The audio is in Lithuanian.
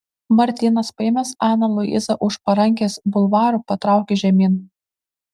martynas paėmęs aną luizą už parankės bulvaru patraukė žemyn